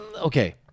okay